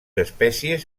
espècies